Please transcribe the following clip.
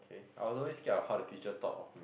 I was always scared of how the teacher thought of